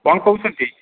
କ'ଣ କହୁଛନ୍ତି